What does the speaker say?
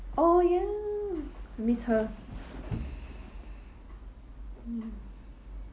oh ya I miss her mm